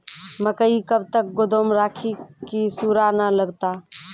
मकई कब तक गोदाम राखि की सूड़ा न लगता?